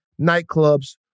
nightclubs